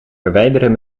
verwijderen